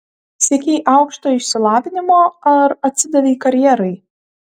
siekei aukštojo išsilavinimo ar atsidavei karjerai